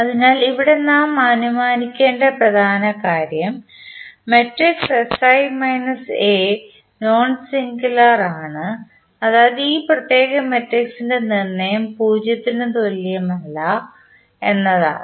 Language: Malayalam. അതിനാൽ ഇവിടെ നാം അനുമാനിക്കേണ്ട പ്രധാന കാര്യം മാട്രിക്സ് നോൺ സിംഗുലാർ ആണ്അതായത് ഈ പ്രത്യേക മാട്രിക്സിൻറെ നിർണ്ണയം 0 ന് തുല്യമല്ല എന്നാണ്